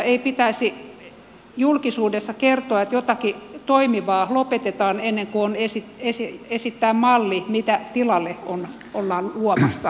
ei pitäisi julkisuudessa kertoa että jotakin toimivaa lopetetaan ennen kuin on esittää malli mitä tilalle ollaan luomassa